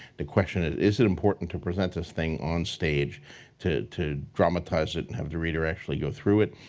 the question is, is it important to present this thing on stage to to dramatize it and have the reader actually go through it,